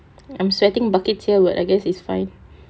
I'm sweating buckets here well I guess is fine